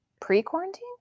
Pre-quarantine